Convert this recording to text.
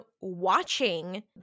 watching